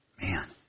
Man